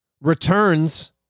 returns